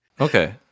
Okay